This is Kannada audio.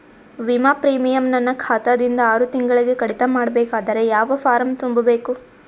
ವಿಮಾ ಪ್ರೀಮಿಯಂ ನನ್ನ ಖಾತಾ ದಿಂದ ಆರು ತಿಂಗಳಗೆ ಕಡಿತ ಮಾಡಬೇಕಾದರೆ ಯಾವ ಫಾರಂ ತುಂಬಬೇಕು?